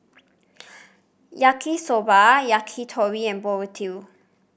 Yaki Soba Yakitori and Burrito